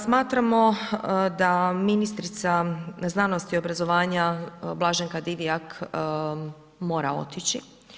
Smatramo da ministrica znanosti i obrazovanja Blaženka Divjak mora otići.